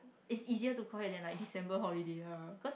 it's easier to call it than like December holiday uh cause